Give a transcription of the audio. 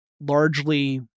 largely